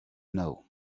know